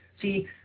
See